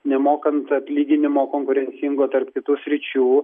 nemokant atlyginimo konkurencingo tarp kitų sričių